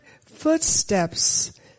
footsteps